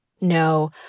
No